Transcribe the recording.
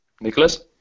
Nicholas